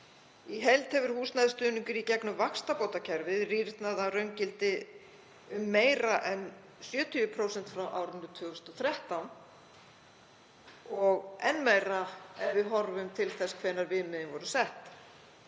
Í heild hefur húsnæðisstuðningur í gegnum vaxtabótakerfið rýrnað að raungildi um meira en 70% frá árinu 2013 og enn meira ef við horfum til þess hvenær viðmiðin voru sett.